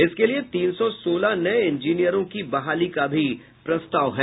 इसके लिये तीन सौ सोलह नये इंजीनियरों की बहाली का भी प्रस्ताव है